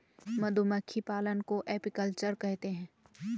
मधुमक्खी पालन को एपीकल्चर कहते है